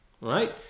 Right